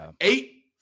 Eight